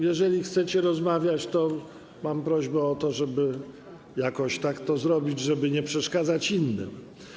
Jeżeli chcecie rozmawiać, to mam prośbę, żeby jakoś tak to zrobić, by nie przeszkadzać innym.